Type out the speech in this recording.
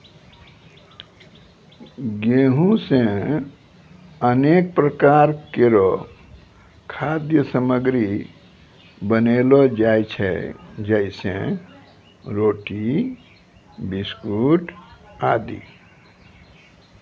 गेंहू सें अनेक प्रकार केरो खाद्य सामग्री बनैलो जाय छै जैसें रोटी, बिस्कुट आदि